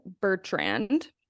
Bertrand